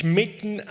mitten